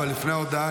אבל לפני ההודעה,